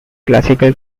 classical